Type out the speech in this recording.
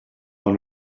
dans